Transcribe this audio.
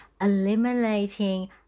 Eliminating